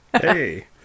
Hey